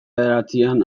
bederatzian